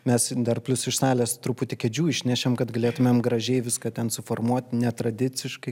mes dar plius iš salės truputį kėdžių išnešėm kad galėtumėm gražiai viską ten suformuot netradiciškai